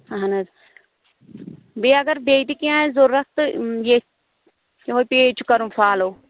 اَہَن حظ بیٚیہِ اگر بیٚیہِ تہِ کیٚنٛہہ آسہِ ضروٗرت تہٕ ییٚتہِ یِہَے پیج چھُ کَرُن فالوٗ